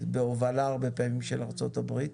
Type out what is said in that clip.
בהובלה הרבה פעמים של ארצות הברית,